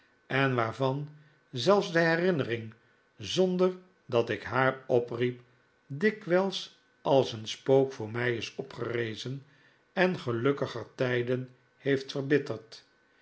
en waarvan zelfs de herinnering zonder dat ik haar opriep dikwijls als een spook voor mij is opgerezen en gelukkiger tijden heeft verbitterd